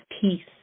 peace